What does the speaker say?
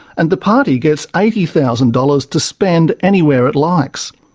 and the party gets eighty thousand dollars to spend anywhere it likes.